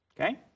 okay